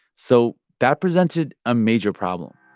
so that presented a major problem